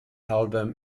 album